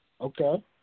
Okay